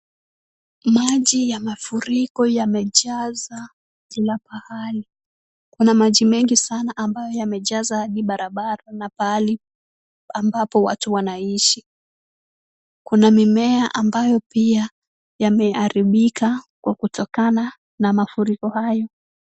Maji ya mafuriko yamejaza kila pahali. Kuna maji mengi sana ambayo yamejaza hadi barabara na pahali ambapo watu wanaishi. Kuna mimea ambayo pia yameharibika kwa kutokana na mafuriko hayo.